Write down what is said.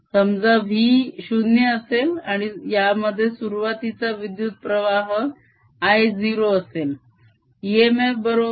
समजा v 0 असेल आणि यामध्ये सुरुवातीचा विद्युत्प्रवाह I0 असेल